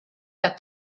that